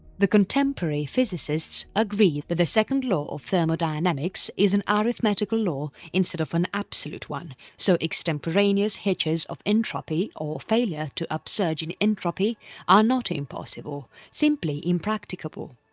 the contemporary physicists agree that the second law of thermodynamics is an arithmetical law instead of an absolute one, so extemporaneous hitches of entropy or failure to upsurge in entropy are not impossible, simply impracticable.